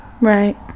Right